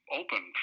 open